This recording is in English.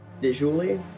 visually